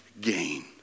gain